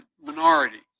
minority